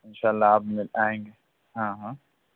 اِنشاء اللہ آپ آئیں گے ہاں ہاں